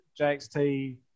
JXT